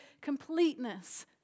completeness